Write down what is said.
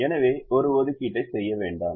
எனவே ஒரு ஒதுக்கீட்டை செய்ய வேண்டாம்